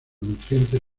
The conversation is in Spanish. nutrientes